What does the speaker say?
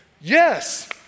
yes